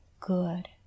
good